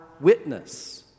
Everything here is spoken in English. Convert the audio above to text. witness